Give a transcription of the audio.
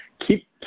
Keep